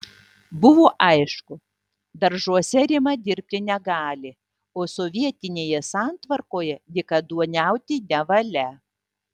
buvo aišku daržuose rima dirbti negali o sovietinėje santvarkoje dykaduoniauti nevalia